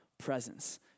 presence